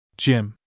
Jim